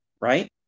right